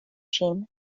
ĝin